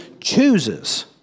chooses